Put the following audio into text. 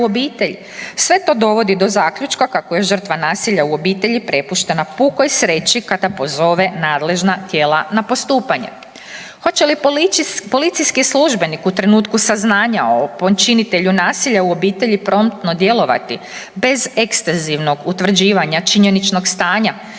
sve to dovodi do zaključka kako je žrtva nasilja u obitelji prepuštena pukoj sreći kada pozove nadležna tijela na postupanje. Hoće li policijski službenik u trenutku saznanja o počinitelju nasilja u obitelji promptno djelovati bez ekstenzivnog utvrđivanja činjeničnog stanja